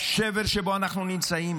השבר שבו אנחנו נמצאים?